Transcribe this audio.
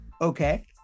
okay